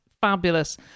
fabulous